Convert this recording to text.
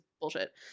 bullshit